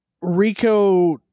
Rico